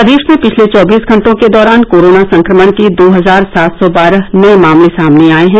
प्रदेश में पिछले चौबीस घंटों के दौरान कोरोना संक्रमण के दो हजार सात सौ बारह नए मामले सामने आए हैं